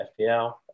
FPL